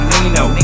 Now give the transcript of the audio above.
Nino